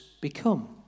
become